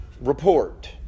report